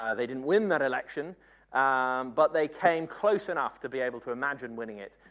um they didn't win that election but they came close enough to be able to imagine winning it,